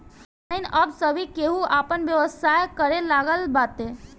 online अब सभे केहू आपन व्यवसाय करे लागल बाटे